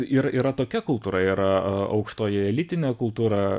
ir yra tokia kultūra yra aukštoji elitinė kultūra